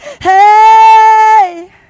hey